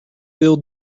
build